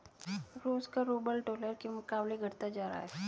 रूस का rouble dollar के मुकाबले घटता जा रहा है